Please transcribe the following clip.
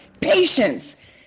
patience